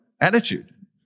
attitude